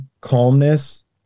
calmness